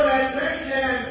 attention